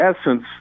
essence